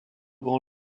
grand